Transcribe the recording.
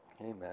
Amen